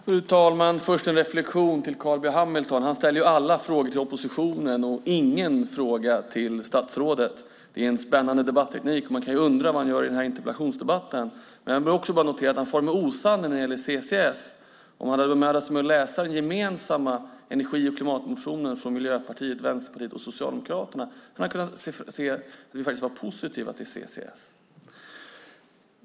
Fru talman! Låt mig först göra en reflexion över Carl B Hamiltons inlägg. Han ställde alla frågor till oppositionen och ingen fråga till statsrådet. Det är en spännande debatteknik, och man kan undra vad han gör i denna interpellationsdebatt. Jag noterar också att han for med osanning när det gäller CCS. Hade han bemödat sig att läsa den gemensamma energi och klimatmotionen från Miljöpartiet, Vänsterpartiet och Socialdemokraterna hade han sett att vi är positiva till CCS.